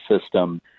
system